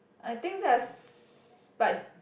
I think there's but